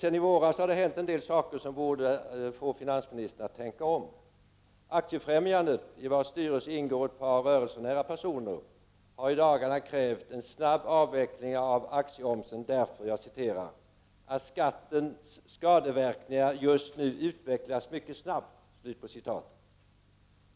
Sedan i våras har det emellertid hänt en del saker som borde få finansministern att tänka om. Aktiefrämjandet, i vars styrelse ingår ett par personer som står rörelsen nära, har i dagarna krävt en snabb avveckling av aktieomsättningsskatten, därför att ”skattens skadeverkningar just nu utvecklas mycket snabbt”.